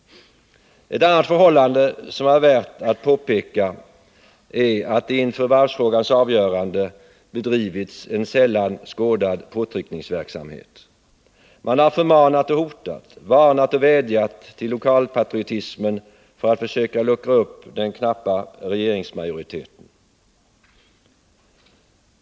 Ett annat förhållande som är värt att påpeka är att det inför varvsfrågans avgörande bedrivits en sällan skådad påtryckningsverksamhet. Man har förmanat och hotat, varnat och vädjat till lokalpatriotismen för att försöka luckra upp den knappa regeringsmajoriteten.